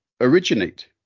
originate